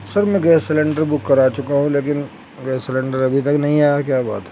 سر میں gas cylinder book کرا چکا ہوں لیکن گیس سیلنڈر ابھی تک نہیں آیا کیا بات ہے